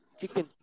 Chicken